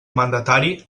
mandatari